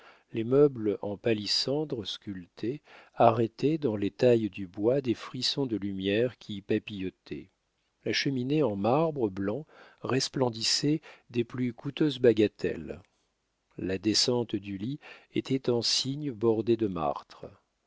les meubles en palissandre sculpté arrêtaient dans les tailles du bois des frissons de lumière qui y papillotaient la cheminée en marbre blanc resplendissait des plus coûteuses bagatelles la descente du lit était en cygne bordé de martre